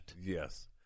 Yes